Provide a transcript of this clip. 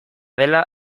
dela